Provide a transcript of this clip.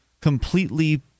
completely